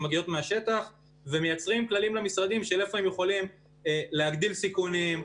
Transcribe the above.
שמגיעים מהשטח ומייצרים כללים למשרדים איפה הם יכולים להגדיל סיכונים,